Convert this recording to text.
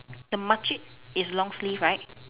the makcik is long sleeve right